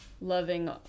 loving